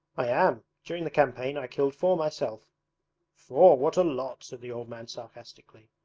i am. during the campaign i killed four myself four? what a lot said the old man sarcastically.